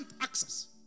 access